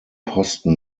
posten